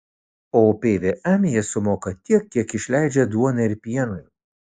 o pvm jie sumoka tiek kiek išleidžia duonai ir pienui